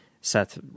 Seth